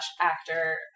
actor